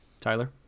Tyler